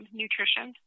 nutrition